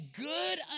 good